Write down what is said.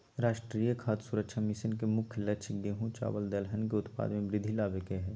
राष्ट्रीय खाद्य सुरक्षा मिशन के मुख्य लक्ष्य गेंहू, चावल दलहन के उत्पाद में वृद्धि लाबे के हइ